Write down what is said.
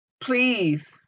Please